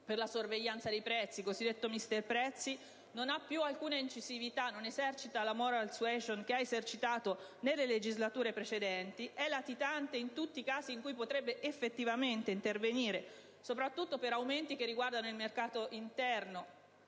per la sorveglianza dei prezzi, il cosiddetto "mister Prezzi", invece, non ha più alcuna incisività, non esercita la *moral suasion* che ha esercitato nelle legislature precedenti ed è latitante in tutti i casi in cui potrebbe effettivamente intervenire, soprattutto per gli aumenti che riguardano il mercato interno